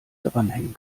dranhängen